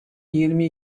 yirmi